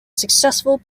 successful